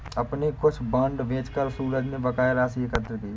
अपने कुछ बांड बेचकर सूरज ने बकाया राशि एकत्र की